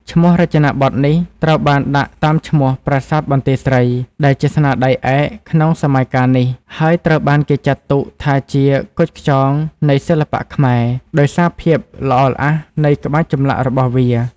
ឈ្មោះរចនាបថនេះត្រូវបានដាក់តាមឈ្មោះ ប្រាសាទបន្ទាយស្រី ដែលជាស្នាដៃឯកក្នុងសម័យកាលនេះ ហើយត្រូវបានគេចាត់ទុកថាជា "គុជខ្យងនៃសិល្បៈខ្មែរ" ដោយសារភាពល្អល្អះនៃក្បាច់ចម្លាក់របស់វា។